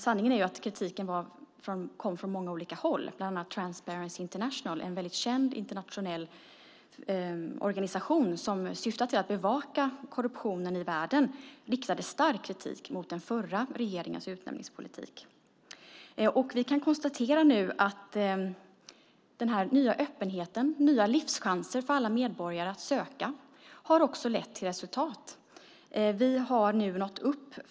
Sanningen är att kritiken kom från många olika håll. Bland annat Transparency International, som är en väldigt känd internationell organisation som syftar till att bevaka korruptionen i världen, riktade stark kritik mot den förra regeringens utnämningspolitik. Vi kan konstatera nu att den här nya öppenheten - nya livschanser för alla medborgare att söka - också har lett till resultat.